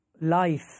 life